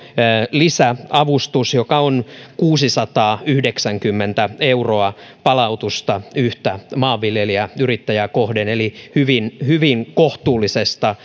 lisäavustus joka on kuusisataayhdeksänkymmentä euroa palautusta yhtä maanviljelijäyrittäjää kohden eli hyvin hyvin kohtuullisesta